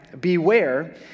beware